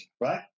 right